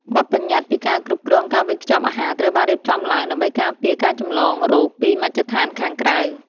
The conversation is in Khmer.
បទប្បញ្ញត្តិស្ដីពីការគ្រប់គ្រងការវេចខ្ចប់អាហារត្រូវបានរៀបចំឡើងដើម្បីការពារការចម្លងរោគពីមជ្ឈដ្ឋានខាងក្រៅ។